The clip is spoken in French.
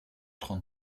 trente